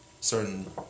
certain